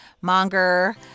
monger